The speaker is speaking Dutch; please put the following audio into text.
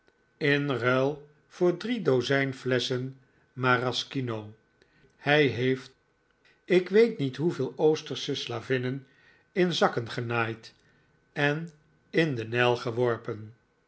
in ruil voor drie dozijn flesschen maraskino hij heeft ik weet niet hoeveel oostersche slavinnen in zakken genaaid en in den nijl geworpen